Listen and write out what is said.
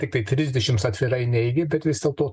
tiktai trisdešims atvirai neigė bet vis dėlto